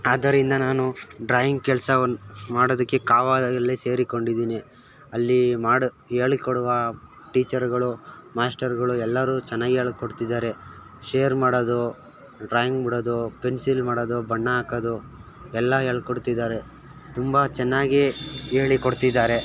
ಆದ್ದರಿಂದ ನಾನು ಡ್ರಾಯಿಂಗ್ ಕೆಲ್ಸವನ್ನು ಮಾಡೋದಕ್ಕೆ ಕಾವಾದಲ್ಲಿ ಸೇರಿಕೊಂಡಿದೀನಿ ಅಲ್ಲಿ ಮಾಡಿ ಹೇಳಿಕೊಡುವ ಟೀಚರುಗಳು ಮಾಸ್ಟರುಗಳು ಎಲ್ಲರೂ ಚೆನ್ನಾಗೆ ಹೇಳ್ಕೊಡ್ತಿದ್ದಾರೆ ಶೇರ್ ಮಾಡೋದು ಡ್ರಾಯಿಂಗ್ ಬಿಡೋದು ಪೆನ್ಸಿಲ್ ಮಾಡೋದು ಬಣ್ಣ ಹಾಕೋದು ಎಲ್ಲ ಹೇಳ್ಕೊಡ್ತಿದ್ದಾರೆ ತುಂಬ ಚೆನ್ನಾಗಿ ಹೇಳಿಕೊಡ್ತಿದ್ದಾರೆ